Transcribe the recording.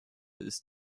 ist